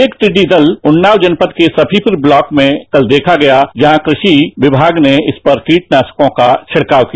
एक दिड्डी दल उन्नाव जनपद के सफीपुर ब्लॉक में कल देखा गया जहां पर कृषि विभाग ने इस पर कीटनासकों का छिड़काव किया